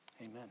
Amen